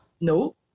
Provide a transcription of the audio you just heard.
No